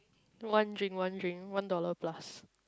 wondering wondering one dollar plus